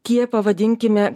tie pavadinkime